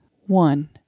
One